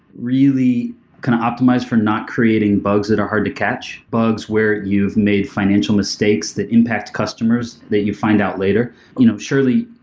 really kind of optimize for not creating bugs that are hard to catch bugs where you've made financial mistakes that impact customers that you find out later you know surely,